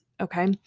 Okay